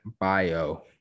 bio